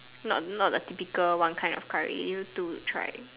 not not the typical one kind of curry give you two to try